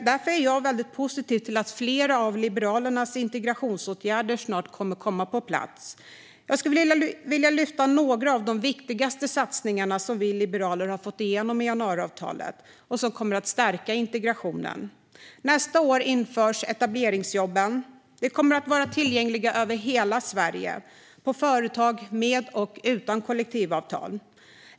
Därför är jag positiv till att flera av Liberalernas integrationsåtgärder snart kommer på plats. Jag skulle vilja lyfta upp några av de viktigaste satsningar som vi liberaler har fått igenom i januariavtalet och som kommer att stärka integrationen. Nästa år införs etableringsjobben. De kommer att vara tillgängliga över hela Sverige, på företag med och utan kollektivavtal.